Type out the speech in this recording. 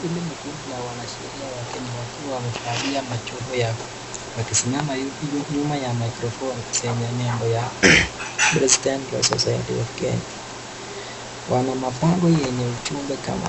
Hili ni kundi la wanasheria wa kenya wakiwa wamevalia majoho yao ,wakisimama nyuma ya maikrofoni zenye nembo ya President Law society of kenya . Wana mabango yenye ujumbe kama